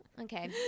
Okay